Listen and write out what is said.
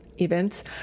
events